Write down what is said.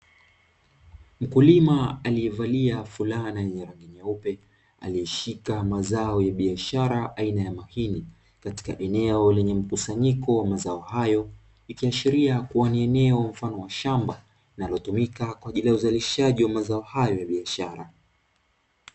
Mkulima aliye valia fulana yenye rangi nyeupe, aliyeshika mazao ya bishara aina mahindi katika eneo lenye mkusanyiko wa mazao hayo. Ikiashiria kua ni eneo mfano wa shamba linalo tumika kwa ajili ya uzalishaji wa mazao hayo kwa ajili ya biashara.